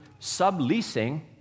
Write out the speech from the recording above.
subleasing